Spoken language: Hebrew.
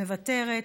מוותרת,